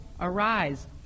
arise